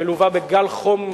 מלווה בגל חום,